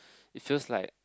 it feels like